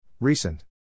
Recent